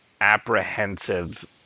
apprehensive